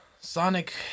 Sonic